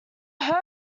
hurt